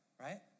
right